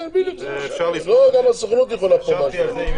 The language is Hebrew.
כן, בדיוק, גם הסוכנות יכולה פה משהו.